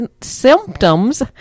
symptoms